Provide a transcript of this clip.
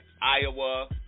Iowa